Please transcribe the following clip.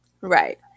Right